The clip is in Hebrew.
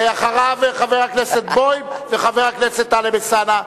אחריו, חבר הכנסת בוים וחבר הכנסת טלב אלסאנע.